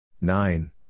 Nine